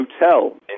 hotel